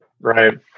Right